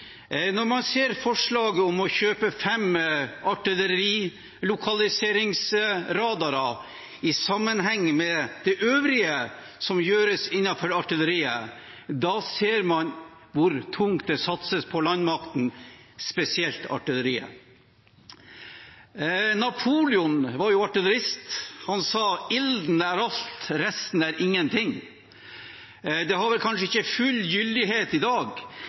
Når man ser forslaget om å kjøpe fem artillerilokaliseringsradarer i sammenheng med det øvrige som gjøres innenfor Artilleriet, ser man hvor tungt det satses på landmakten, og spesielt på Artilleriet. Napoleon var artillerist. Han sa at ilden er alt, resten er ingenting. Det har kanskje ikke full gyldighet i dag,